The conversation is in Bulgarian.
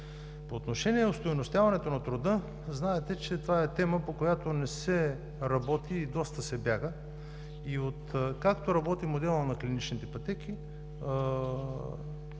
По отношение остойностяването на труда – знаете, че това е тема, по която не се работи и доста се бяга. Откакто работи моделът на клиничните пътеки,